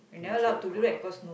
once you're grown up